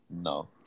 No